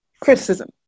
criticism